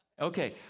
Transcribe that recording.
okay